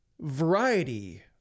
variety